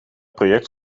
project